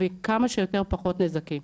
ועם כמה שפחות נזקים.